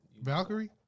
Valkyrie